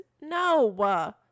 no